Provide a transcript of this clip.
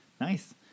Nice